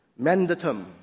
mandatum